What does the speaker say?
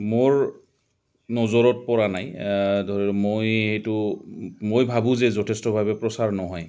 মোৰ নজৰত পৰা নাই ধৰ মই সেইটো মই ভাবোঁ যে যথেষ্টভাৱে প্ৰচাৰ নহয়